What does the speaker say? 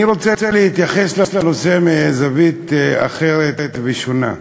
אני רוצה להתייחס לנושא מזווית אחרת ושונה.